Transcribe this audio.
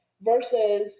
versus